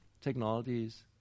technologies